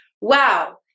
wow